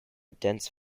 dense